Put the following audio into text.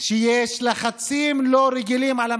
שיש בהן לחצים לא רגילים על המערכת,